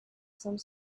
some